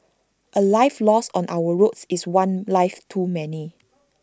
A life lost on our roads is one life too many